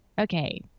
okay